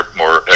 more